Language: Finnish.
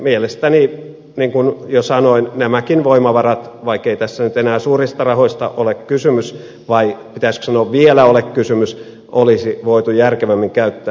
mielestäni niin kuin jo sanoin nämäkin voimavarat vaikkei tässä nyt enää suurista rahoista ole kysymys vai pitäisikö sanoa ettei vielä ole kysymys olisi voitu järkevämmin käyttää